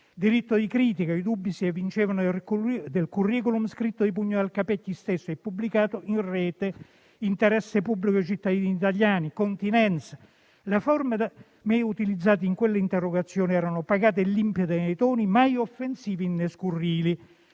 Diritto di critica e dubbi si evincevano dal *curriculum*, scritto di pugno dal Capecchi stesso e pubblicato in rete. Interesse pubblico dei cittadini italiani e continenza: le forme da me utilizzate in quella interrogazione erano pacate e limpide, i toni mai offensivi né scurrili.